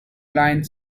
line